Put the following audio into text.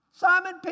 Simon